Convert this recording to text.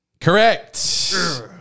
Correct